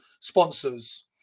sponsors